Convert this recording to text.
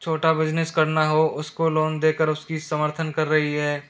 छोटा बिज़नेस करना हो उसको लोन देकर उसकी समर्थन कर रही है